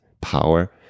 power